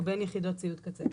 או בין יחידות ציוד קצה".